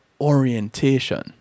orientation